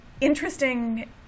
interesting